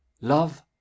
Love